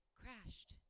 crashed